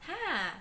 !huh!